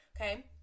Okay